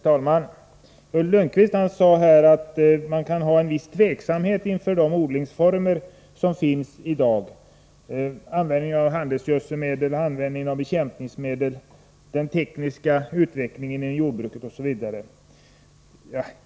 Herr talman! Ulf Lönnqvist sade att man kan känna en viss tveksamhet inför de odlingsformer som finns i dag — användningen av handelsgödsel-.och användningen av bekämpningsmedel, den tekniska utvecklingen inom jordbruket osv.